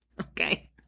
Okay